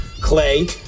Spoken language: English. Clay